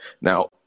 Now